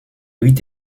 huit